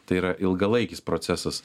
tai yra ilgalaikis procesas